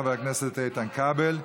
חבר הכנסת איתן כבל.